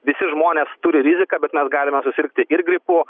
visi žmonės turi riziką bet mes galime susirgti ir gripu